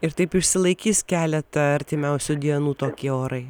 ir taip išsilaikys keletą artimiausių dienų tokie orai